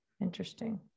Interesting